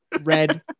Red